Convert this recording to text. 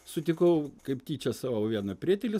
sutikau kaip tyčia savo vieną prietelį